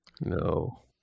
No